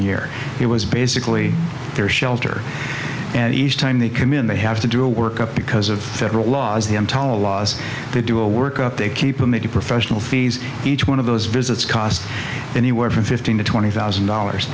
year it was basically their shelter and each time they commune they have to do a work up because of federal laws the emtala laws they do a work up to keep them maybe professional fees each one of those visits cost anywhere from fifteen to twenty thousand dollars